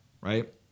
right